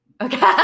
Okay